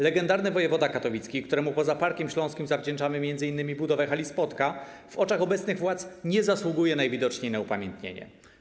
Legendarny wojewoda katowicki, któremu poza Parkiem Śląskim zawdzięczamy m.in. budowę hali Spodka, w oczach obecnych władz nie zasługuje najwidoczniej na upamiętnienie.